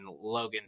Logan